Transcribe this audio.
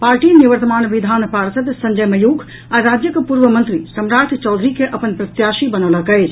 party निवर्तमान विधान पार्षद संजय मयूख आ राज्यक पूर्व मंत्री सम्राट चौधरी के अपन प्रत्याशी बनौलक अछि